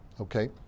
Okay